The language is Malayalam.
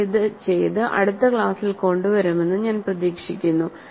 നിങ്ങൾ അത് ചെയ്ത് അടുത്ത ക്ലാസ്സിൽ കൊണ്ടുവരുമെന്ന് ഞാൻ പ്രതീക്ഷിക്കുന്നു